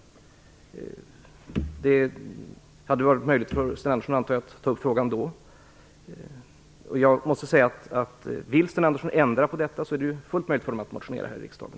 Det hade varit möjligt för Sten Andersson att då ta upp frågan. Jag måste säga att vill Sten Andersson ändra på detta är det fullt möjligt för honom att motionera här i riksdagen.